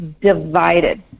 divided